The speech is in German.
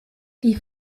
die